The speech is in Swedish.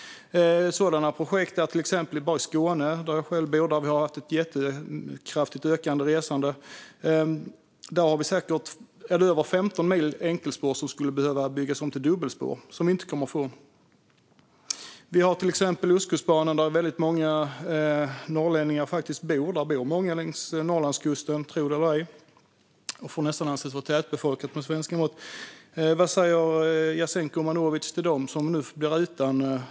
Sådana projekt finns till exempel i Skåne, där jag själv bor och där vi har haft ett kraftigt ökat resande. Vi har säkert över 15 mil enkelspår som skulle behöva byggas om till dubbelspår, vilket inte kommer att ske. Vi har till exempel Ostkustbanan, där väldigt många norrlänningar faktiskt bor. Det bor många längs Norrlandskusten - tro det eller ej. Den får nästan anses vara tätbefolkad med svenska mått. Vad säger Jasenko Omanovic till dem som nu blir utan?